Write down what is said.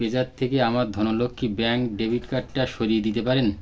PayZapp থেকে আমার Dhanlaxmi bank credit কার্ডটা সরিয়ে দিতে পারেন